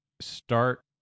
start